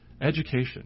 education